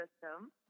system